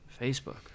facebook